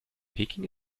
peking